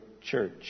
church